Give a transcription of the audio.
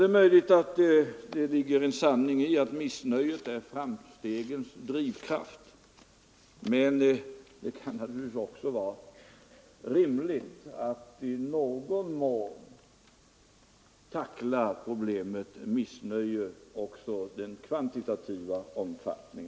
Det är möjligt att det ligger en sanning i att missnöjet är framstegens drivkraft, men det kan också vara rimligt att i någon mån tackla problemet med missnöjets kvantitativa omfattning.